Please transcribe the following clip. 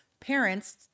Parents